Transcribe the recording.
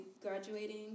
graduating